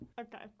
okay